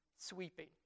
sweeping